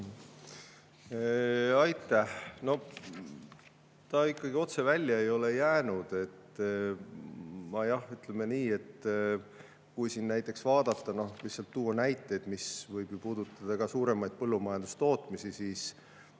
Aitäh! Ta ikkagi otse välja ei ole jäänud. Jah, ütleme nii, et kui näiteks vaadata, lihtsalt tuua näiteid, mis võib ju puudutada ka suuremaid põllumajandustootmisi, siis